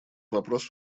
вопрос